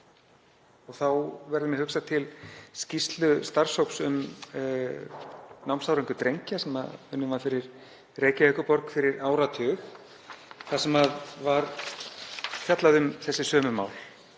Þá verður mér hugsað til skýrslu starfshóps um námsárangur drengja sem unnin var fyrir Reykjavíkurborg fyrir áratug þar sem var fjallað um þessi sömu mál;